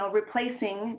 replacing